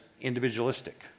individualistic